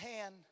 hand